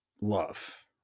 love